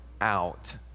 out